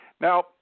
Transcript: Now